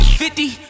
fifty